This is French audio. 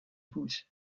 pousse